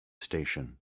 station